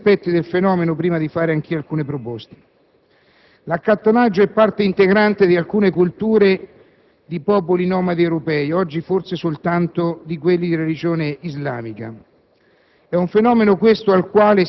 Mi voglio soffermare su alcuni aspetti del fenomeno prima di fare anch'io alcune proposte. L'accattonaggio è parte integrante di alcune culture di popoli nomadi europei, oggi forse soltanto di quelli di religione islamica.